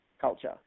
culture